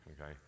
okay